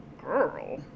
girl